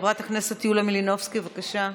חברת הכנסת יוליה מלינובסקי, בבקשה.